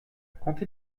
compter